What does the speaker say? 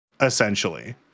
essentially